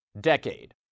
decade